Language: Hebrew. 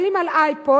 מסתכלים על אייפוד